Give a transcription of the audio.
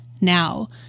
now